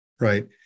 right